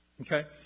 Okay